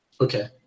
Okay